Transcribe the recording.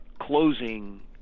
closing